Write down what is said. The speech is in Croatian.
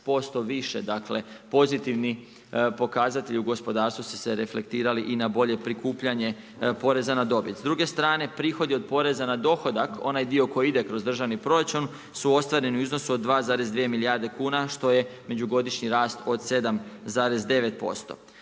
15% više, dakle, pozitivni pokazatelji u gospodarstvu su se reflektirali i na bolje prikupljanje porezna na dobiti. S druge strane, prihodi od preza na dohodak, onaj dio koji ide kroz državni proračun, su ostvareni u iznosu od 2,2 milijarde kuna, što je međugodišnji rast od 7,9%.